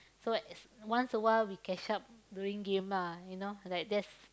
so as once a while we catch up during game lah you know like that's